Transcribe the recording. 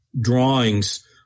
drawings